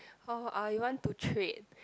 oh or you want to trade